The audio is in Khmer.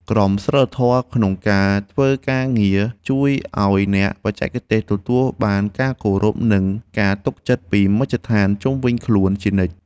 ក្រមសីលធម៌ក្នុងការធ្វើការងារជួយឱ្យអ្នកបច្ចេកទេសទទួលបានការគោរព និងការទុកចិត្តពីមជ្ឈដ្ឋានជុំវិញខ្លួនជានិច្ច។